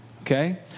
okay